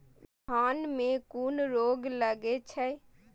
धान में कुन रोग लागे छै?